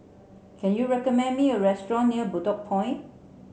can you recommend me a restaurant near Bedok Point